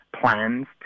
plans